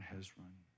Hezron